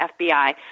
FBI